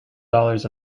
dollars